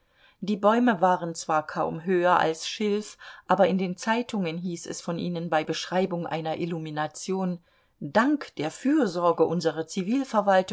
die bäume waren zwar kaum höher als schilf aber in den zeitungen hieß es von ihnen bei beschreibung einer illumination dank der fürsorge unserer